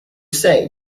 say